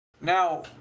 Now